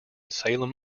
salem